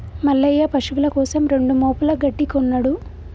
మల్లయ్య పశువుల కోసం రెండు మోపుల గడ్డి కొన్నడు